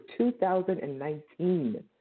2019